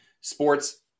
sports